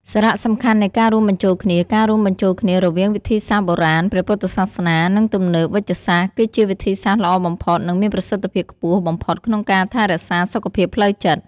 សារៈសំខាន់នៃការរួមបញ្ចូលគ្នា ការរួមបញ្ចូលគ្នារវាងវិធីសាស្ត្របុរាណ ព្រះពុទ្ធសាសនា និងទំនើប វេជ្ជសាស្ត្រ គឺជាវិធីសាស្រ្តល្អបំផុត និងមានប្រសិទ្ធភាពខ្ពស់បំផុតក្នុងការថែរក្សាសុខភាពផ្លូវចិត្ត។